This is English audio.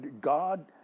God